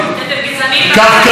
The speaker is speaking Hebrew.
כך קראתם לחוק הלאום.